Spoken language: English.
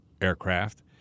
aircraft